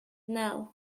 now